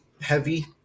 heavy